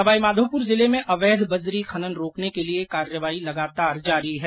सवाईमाधोपुर जिले में अवैध बजरी खनन रोकने के लिये कार्रवाई लगातार जारी है